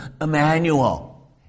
Emmanuel